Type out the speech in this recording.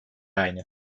aynı